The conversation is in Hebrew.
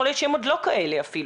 יכול להיות שהם עוד לא כאלה אפילו,